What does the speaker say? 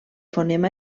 fonema